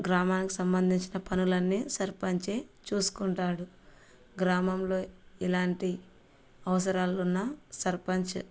గ్రామానికి సంబంధించిన పనులన్నీ సర్పంచే చూసుకుంటాడు గ్రామంలో ఎలాంటి అవసరాలున్నా సర్పంచ్